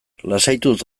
lasaituz